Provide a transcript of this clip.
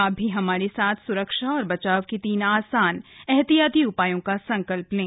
आप भी हमारे साथ स्रक्षा और बचाव के तीन आसान एहतियाती उपायों का संकल्प लें